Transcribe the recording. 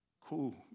Cool